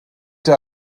der